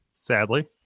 Sadly